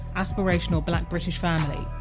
aspirational black british family,